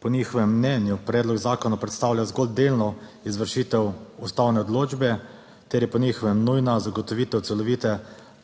po njihovem mnenju predlog zakona predstavlja zgolj delno izvršitev ustavne odločbe ter je po njihovem nujna zagotovitev celovite